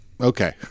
Okay